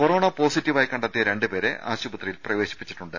corona positive ആയി കണ്ടെത്തിയ രണ്ട് പേരെ ആശുപത്രിയിൽ പ്രവേശിപ്പിച്ചിട്ടുണ്ട്